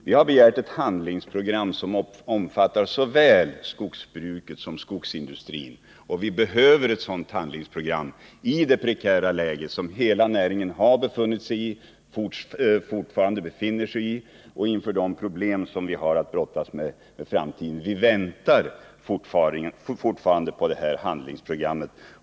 Vi har begärt ett handlingsprogram som omfattar såväl skogsbruket som skogsindustrin, och vi behöver ett sådant handlingsprogram i det prekära läge som hela näringen 139 har befunnit sig i och fortfarande befinner sig i — och med tanke på de problem som vi har att brottas med inför framtiden. Vi väntar fortfarande på det handlingsprogrammet.